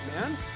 man